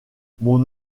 mon